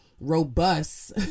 robust